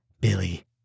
Billy